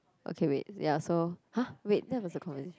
okay wait ya so !huh! wait that was the conversation